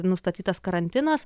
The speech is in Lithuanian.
nustatytas karantinas